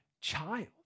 child